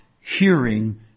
hearing